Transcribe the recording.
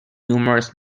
numerous